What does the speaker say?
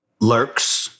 lurks